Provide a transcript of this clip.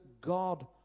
God